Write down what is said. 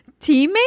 teammate